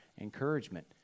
encouragement